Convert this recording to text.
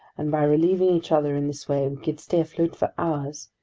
and by relieving each other in this way, we could stay afloat for hours,